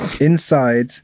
inside